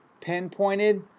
pinpointed